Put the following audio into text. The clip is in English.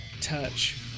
touch